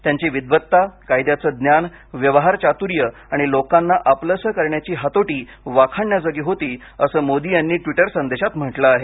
त्यांची विद्वत्ता कायद्याचं ज्ञान व्यवहारचातुर्य आणि लोकांना आपलंसं करण्याची हातोटी वाखाणण्याजोगी होती असं मोदी यांनी ट्विटर संदेशात म्हटलं आहे